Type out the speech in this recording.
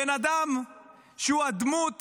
הבן אדם שהוא הדמות